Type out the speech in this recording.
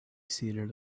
seated